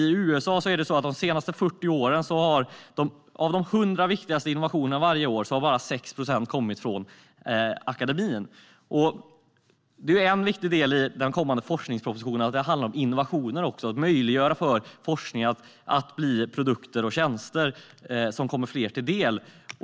I USA har bara 6 av de 100 viktigaste innovationerna varje år kommit från akademin. Det är en viktig del i den kommande forskningspropositionen, det vill säga att det även handlar om innovationer - om att möjliggöra för forskning att bli produkter och tjänster som kommer fler till del.